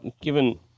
given